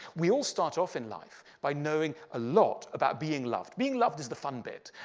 we all start off in life by knowing a lot about being loved. being loved is the fun bit.